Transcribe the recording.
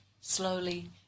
slowly